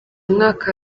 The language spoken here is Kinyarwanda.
mwaka